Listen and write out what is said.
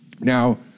Now